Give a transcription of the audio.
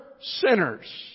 sinners